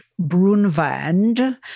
Brunvand